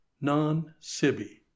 non-sibi